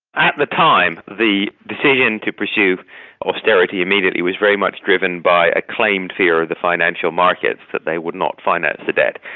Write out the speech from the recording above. at the time the decision to pursue austerity immediately was very much driven by a claimed fear of the financial markets that they would not finance the debt.